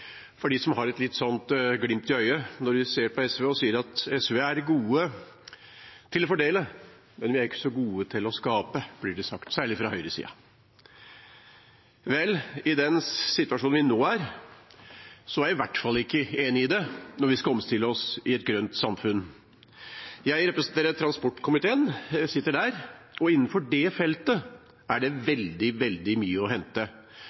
når de ser på SV, at SV er gode til å fordele, men ikke så gode til å skape. Det blir sagt særlig fra høyresiden. Vel, i den situasjonen vi er i nå, er jeg i hvert fall ikke enig i det når vi skal omstille oss i et grønt samfunn. Jeg representerer transportkomiteen. Innenfor det feltet er det veldig mye å hente,